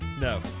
No